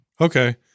Okay